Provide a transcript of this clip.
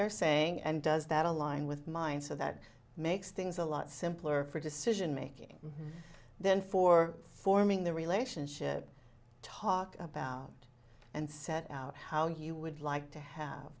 they're saying and does that align with mine so that makes things a lot simpler for decision making then for forming the relationship talk about and set out how you would like to have